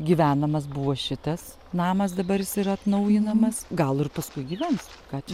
gyvenamas buvo šitas namas dabar jis yra atnaujinamas gal ir paskui gyvens ką čia